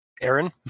Aaron